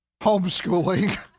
homeschooling